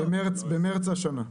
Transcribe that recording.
במרס השנה.